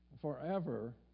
forever